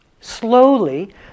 Slowly